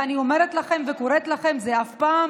ואני אומרת לכם וקוראת לכם: זה אף פעם